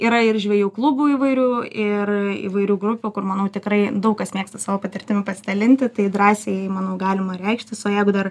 yra ir žvejų klubų įvairių ir įvairių grupių kur manau tikrai daug kas mėgsta savo patirtimi pasidalinti tai drąsiai manau galima reikštis o jeigu dar